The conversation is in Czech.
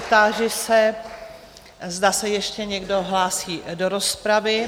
Táži se, zda se ještě někdo hlásí do rozpravy.